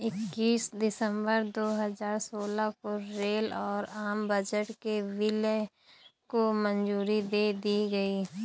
इक्कीस सितंबर दो हजार सोलह को रेल और आम बजट के विलय को मंजूरी दे दी गयी